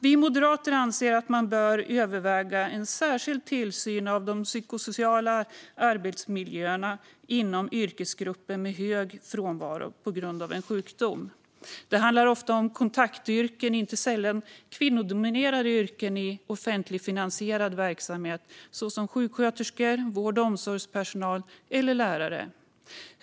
Vi moderater anser att man bör överväga en särskild tillsyn av den psykosociala arbetsmiljön inom yrkesgrupper med hög frånvaro på grund av en sjukdom. Det handlar ofta om kontaktyrken, inte sällan kvinnodominerade yrken i offentligfinansierad verksamhet, såsom sjuksköterskor, vård och omsorgspersonal eller lärare.